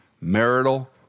marital